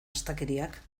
astakeriak